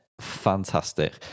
fantastic